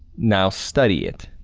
now study it.